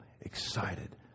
excited